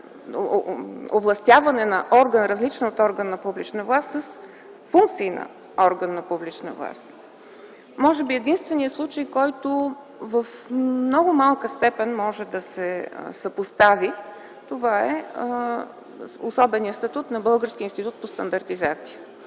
овластяване на орган, различен от орган на публична власт, с функции на орган на публична власт. Може би единственият случай, който в много малка степен може да се съпостави, е особеният статут на Българския институт по стандартизация.